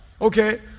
Okay